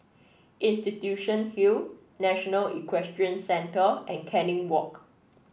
Institution Hill National Equestrian Centre and Canning Walk